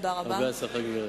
הרבה הצלחה, גברת.